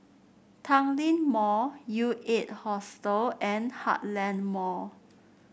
Tanglin Mall U Eight Hostel and Heartland Mall